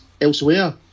elsewhere